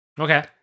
Okay